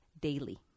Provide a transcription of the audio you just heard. daily